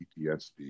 PTSD